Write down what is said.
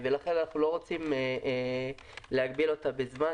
לכן אנחנו לא רוצים להגביל אותה בזמן.